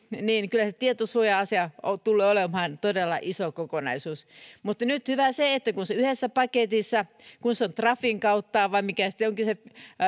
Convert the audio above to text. niin kyllä se tietosuoja asia tulee olemaan todella iso kokonaisuus mutta nyt hyvää on se että kun se on yhdessä paketissa kun se hoidetaan trafin kautta vai mikä sitten on kyseessä